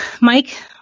Mike